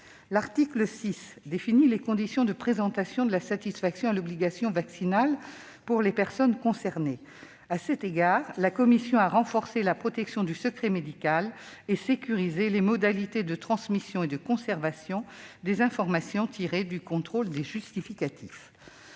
L'article 6 définit les conditions de présentation de la satisfaction à l'obligation vaccinale pour les personnes concernées. À cet égard, la commission a renforcé la protection du secret médical et sécurisé les modalités de transmission et de conservation des informations tirées du contrôle des justificatifs.